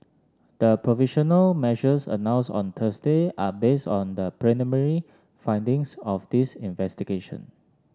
the provisional measures announced on Thursday are based on the preliminary findings of this investigation